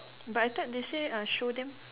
but I thought they say uh show them